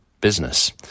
business